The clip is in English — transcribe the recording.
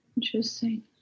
Interesting